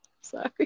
Sorry